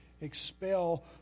expel